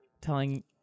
telling